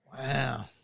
Wow